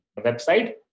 website